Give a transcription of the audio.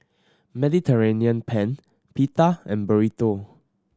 Mediterranean Penne Pita and Burrito